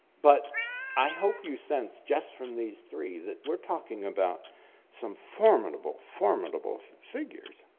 but i hope you sense just from these three that we're talking about some formidable, formidable figures.